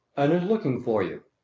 and is looking for you.